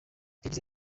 yagize